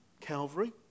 Calvary